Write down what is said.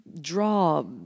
draw